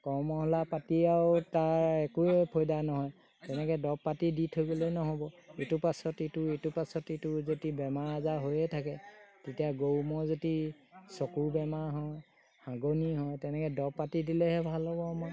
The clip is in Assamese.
কৰ্মশালা পাতি আৰু তাৰ একোৱে ফাইদা নহয় তেনেকৈ দৰপ পাতি দি থৈ পেলাই নহ'ব ইটো পাছতো ইটো ইটো পাছত ইটো যদি বেমাৰ আজাৰ হৈয়ে থাকে তেতিয়া গৰু ম'হ যদি চকুৰ বেমাৰ হয় হাগনি হয় তেনেকৈ দৰব পাতি দিলেহে ভাল হ'ব মই